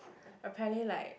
apparently like